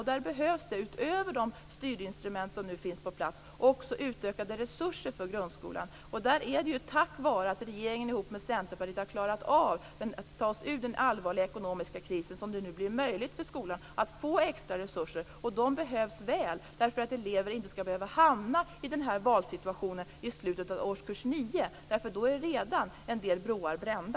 Därför behövs utöver de styrinstrument som nu finns också utökade resurser för grundskolan. Tack vare att regeringen tillsammans med Centerpartiet har klarat av att ta landet ur den allvarliga ekonomiska krisen blir det nu möjligt för skolan att få extra resurser. De resurserna behövs för att elever inte skall behöva hamna i den här valsituationen i slutet av årskurs 9, för då är redan en del broar brända.